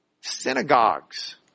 synagogues